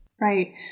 Right